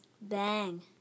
Bang